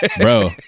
bro